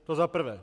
To za prvé.